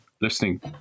listening